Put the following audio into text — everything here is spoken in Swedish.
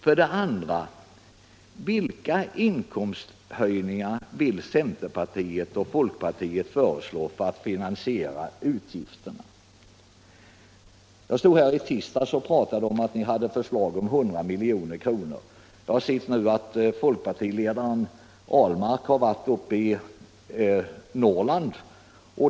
För det andra frågar man sig vilka inkomsthöjningar centerpartiet och folkpartiet vill föreslå för att finansiera utgifterna. Jag stod här i tisdags och talade om att ni hade förslag om 100 milj.kr. Nu har jag sett att folkpartiledaren herr Ahlmark har varit uppe i Norrland.